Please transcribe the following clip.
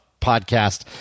podcast